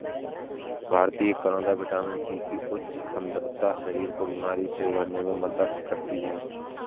भारतीय करौदा vitamin C की उच्च सांद्रता शरीर को बीमारी से उबरने में मदद करती है